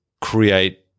create